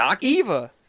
Eva